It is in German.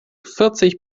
vierzig